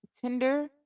Tinder